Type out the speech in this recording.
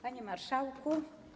Panie Marszałku!